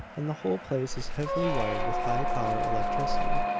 and the whole place is heavily wired with high-power electricity!